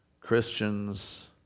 Christians